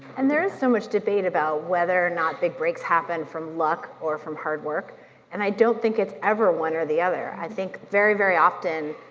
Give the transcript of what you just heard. and there's so much debate about whether or not big breaks happen from luck or from hard work and i don't think it's ever one or the other, i think very, very often,